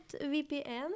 VPN